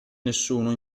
nessuno